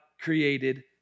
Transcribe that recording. created